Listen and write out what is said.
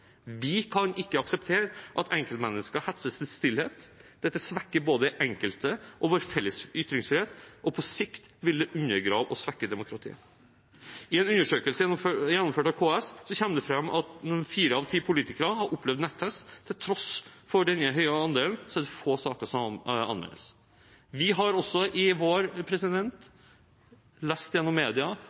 Vi kan ikke akseptere at enkeltmennesker hetses til stillhet. Dette svekker både den enkeltes og vår felles ytringsfrihet, og på sikt vil det undergrave og svekke demokratiet. I en undersøkelse gjennomført av KS, kommer det fram at fire av ti politikere har opplevd netthets. Til tross for denne høye andelen er det få saker som anmeldes. Vi har også i vår lest i media